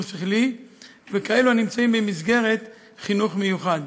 שכלי וכאלה הנמצאים במסגרות חינוך מיוחד.